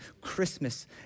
Christmas